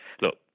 look